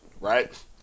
right